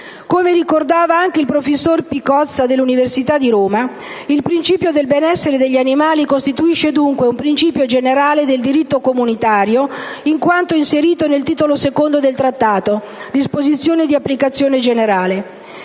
Come ricordava anche il professor Picozza dell'Università degli studi di Roma, il principio del benessere degli animali costituisce dunque un principio generale del diritto comunitario in quanto inserito nel Titolo II del Trattato (disposizioni di applicazione generale),